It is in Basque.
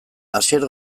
asier